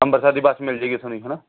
ਅੰਮ੍ਰਿਤਸਰ ਦੀ ਬੱਸ ਮਿਲ ਜਾਏਗੀ ਇੱਥੋਂ ਦੀ ਹੈ ਨਾ